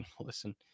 listen